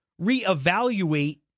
reevaluate